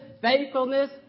faithfulness